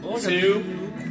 Two